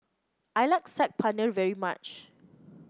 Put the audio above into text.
I like Saag Paneer very much